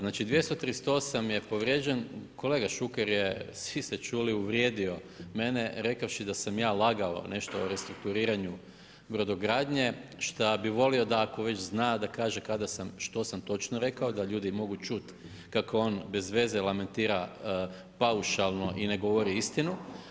Znači 238. je povrijeđen, kolega Šuker je, svi ste čuli, uvrijedio mene rekavši da sam ja lagao nešto o restrukturiranju brodogradnje šta bi volio da ako već zna da kaže kada sam, što sam točno rekao, da ljudi mogu čuti kako on bezveze lamentira paušalno i ne govori istinu.